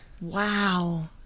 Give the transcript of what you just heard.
Wow